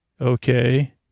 Okay